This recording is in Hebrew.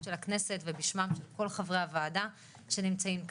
של הכנסת ובשמם של כל חברי הוועדה שנמצאים כאן,